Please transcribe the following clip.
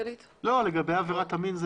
לגבי עבירת המין,